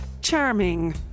charming